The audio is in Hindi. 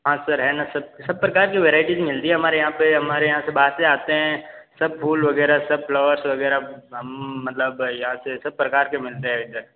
हाँ सर है ना सर सब प्रकार की वराइइटीस मिलती है हमारे यहाँ पे हमारे यहाँ से बाहर से आते हैं सब फूल वग़ैरह सब फ्लावर्स वग़ैरह हम मतलब यहाँ से सब प्रकार के मिलते हैं इधर